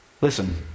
Listen